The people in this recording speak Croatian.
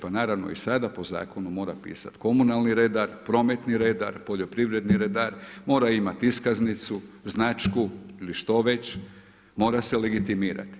Pa naravno i sada po zakonu mora pisati komunalni redar, prometni redar, poljoprivredni redar, mora imati iskaznicu, značku ili što već, mora se legitimirati.